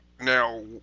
now